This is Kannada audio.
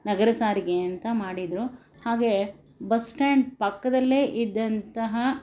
ನಗರ ಸಾರಿಗೆ ಅಂತ ಮಾಡಿದರು ಹಾಗೆ ಬಸ್ ಸ್ಟ್ಯಾಂಡ್ ಪಕ್ಕದಲ್ಲೇ ಇದ್ದಂತಹ